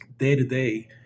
day-to-day